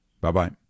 Bye-bye